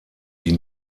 die